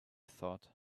thought